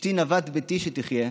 אשתי נוות ביתי שתחיה.